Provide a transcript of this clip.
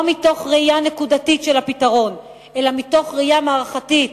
לא מתוך ראייה נקודתית של הפתרון אלא מתוך ראייה מערכתית,